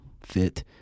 fit